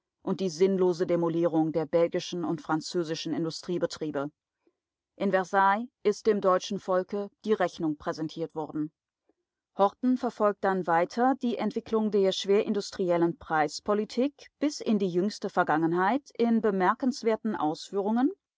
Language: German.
und die sinnlose demolierung der belgischen und französischen industriebetriebe in versailles ist dem deutschen volke die rechnung präsentiert worden horten verfolgt dann weiter die entwicklung der schwerindustriellen preispolitik bis in die jüngste vergangenheit in bemerkenswerten ausführungen